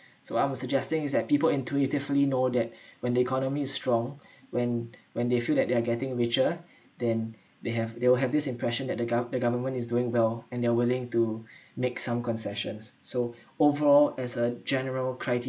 so I'm suggesting is that people intuitively know that when the economy is strong when when they feel that they are getting richer than they have they will have this impression that the gov~ the government is doing well and they're willing to make some concessions so overall as a general criteria